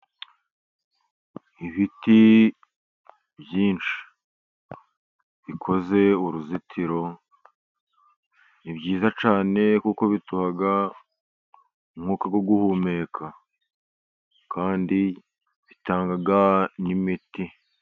Ibiti byinshi bikoze uruzitiro, ni byiza cyane kuko biduha umwuka wo guhumeka, kandi bitanga n'imiti.